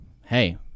hey